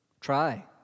try